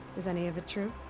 is any of it true?